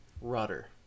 Rudder